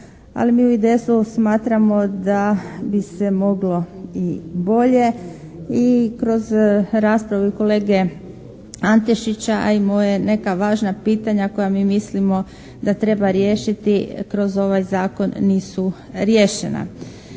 Ali mi u IDS-u smatramo da bi se moglo i bolje i kroz raspravu i kolege Antešića, a i moje neka važna pitanja koja mi mislimo da treba riješiti kroz ovaj zakon nisu riješena.